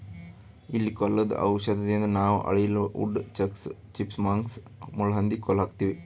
ಇಲಿ ಕೊಲ್ಲದು ಔಷಧದಿಂದ ನಾವ್ ಅಳಿಲ, ವುಡ್ ಚಕ್ಸ್, ಚಿಪ್ ಮಂಕ್ಸ್, ಮುಳ್ಳಹಂದಿ ಕೊಲ್ಲ ಹಾಕ್ತಿವಿ